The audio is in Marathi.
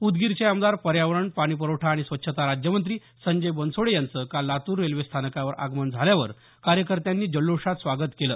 उदगीरचे आमदार पर्यावरण पाणीप्रवठा आणि स्वच्छता राज्यमंत्री संजय बनसोडे यांच काल लातूर रेल्वे स्थानकावर आगमन झाल्यावर कार्यकर्त्यांनी जल्लोषात स्वागत केलं